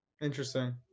Interesting